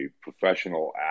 professional